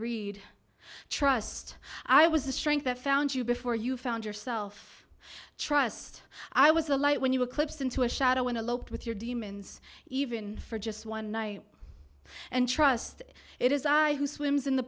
read trust i was the strength that found you before you found yourself trust i was the light when you eclipse into a shadow in the loped with your demons even for just one night and trust it is i who swims in the